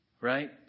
right